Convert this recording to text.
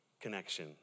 connection